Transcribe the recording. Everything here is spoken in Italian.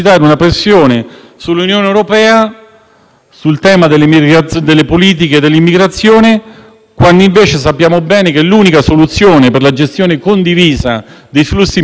quando invece sappiamo bene che l'unica soluzione per la gestione condivisa dei flussi migratori è la riforma del Regolamento di Dublino e non delle attività scenografiche